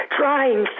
trying